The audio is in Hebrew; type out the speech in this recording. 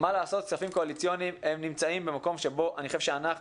מה לעשות כספים קואליציוניים נמצאים במקום שבו אני חושב שאנחנו